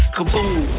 Kaboom